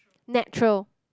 natural